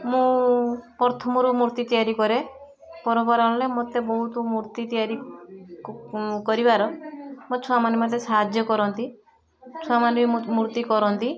ମୁଁ ପ୍ରଥମରୁ ମୂର୍ତ୍ତି ତିଆରି କରେ ପର୍ବର ହେଲେ ମୋତେ ବହୁତ ମୂର୍ତ୍ତି ତିଆରି କରିବାର ମୋ ଛୁଆମାନେ ମୋତେ ସାହାଯ୍ୟ କରନ୍ତି ଛୁଆମାନେ ବି ମୂର୍ତ୍ତି କରନ୍ତି